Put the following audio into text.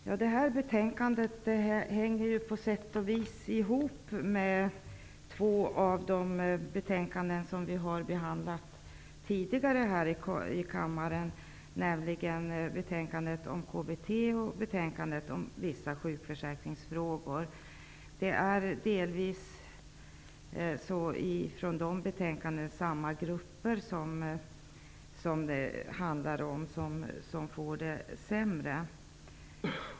Herr talman! Detta betänkande hänger på sätt och vis ihop med två betänkanden som vi tidigare i dag har behandlat här i kammaren, nämligen betänkandet om KBT och betänkandet om vissa sjukförsäkringsfrågor. Det är delvis de grupper som det där handlar om som i det här sammanhanget får det sämre.